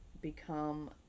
become